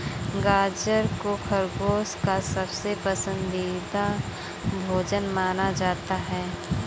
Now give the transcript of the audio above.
गाजर को खरगोश का सबसे पसन्दीदा भोजन माना जाता है